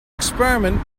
experiment